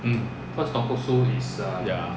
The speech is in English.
ya